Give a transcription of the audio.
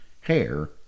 hair